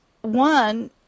one